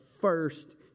first